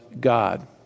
God